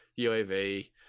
UAV